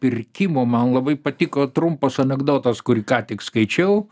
pirkimo man labai patiko trumpas anekdotas kurį ką tik skaičiau